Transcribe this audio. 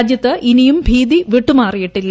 രാജ്യത്ത് ഇനിയും ഭീതി വിട്ടുമാറിയിട്ടില്ല